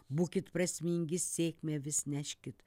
būkit prasmingi sėkmę vis neškit